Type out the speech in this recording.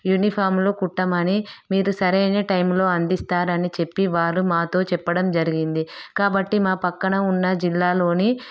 యూనిఫామ్లు కుట్టమని మీరు సరైన టైంలో అందిస్తారని చెప్పి వారు మాతో చెప్పడం జరిగింది కాబట్టి మా పక్కన ఉన్న జిల్లాలోని